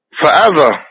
Forever